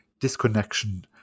disconnection